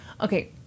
okay